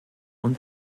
und